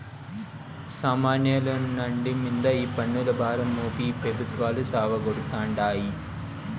సామాన్యుల నడ్డి మింద ఈ పన్నుల భారం మోపి ఈ పెబుత్వాలు సావగొడతాండాయి